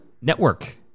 network